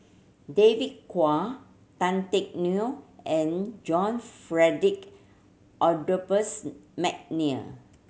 David Kwo Tan Teck Neo and John Adolphus McNair